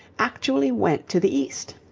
actually went to the east.